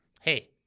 Hey